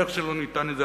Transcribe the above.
איך שלא נטען את זה,